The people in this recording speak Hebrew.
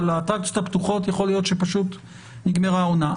אבל לאטרקציות הפתוחות יכול להיות שפשוט נגמרה העונה.